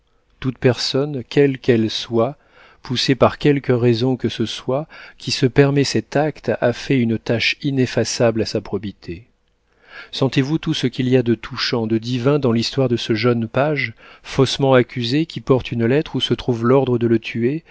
toute personne quelle qu'elle soit poussée par quelque raison que ce soit qui se permet cet acte a fait une tache ineffaçable à sa probité sentez-vous tout ce qu'il y a de touchant de divin dans l'histoire de ce jeune page faussement accusé qui porte une lettre où se trouve l'ordre de le tuer